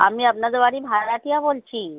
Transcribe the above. আমি আপনাদের বাড়ির ভাড়াটিয়া বলছি